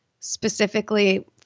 specifically